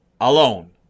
alone